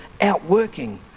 outworking